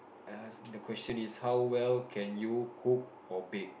I ask the question is how well can you cook or bake